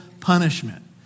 punishment